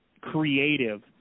creative